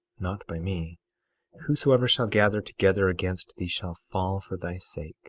not by me whosoever shall gather together against thee shall fall for thy sake